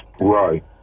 right